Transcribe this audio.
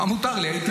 מה מותר לי?